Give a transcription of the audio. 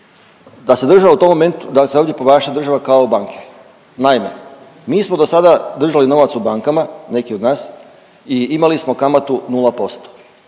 da se država u tom momentu, da se ovdje ponaša država kao banke. Naime mi smo do sada držali novac u bankama, neki od nas i imali smo kamatu 0%.